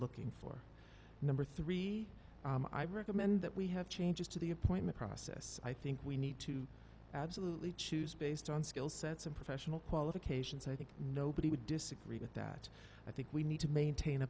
looking for number three i recommend that we have changes to the appointment process i think we need to absolutely choose based on skill sets and professional qualifications i think nobody would disagree with that i think we need to maintain a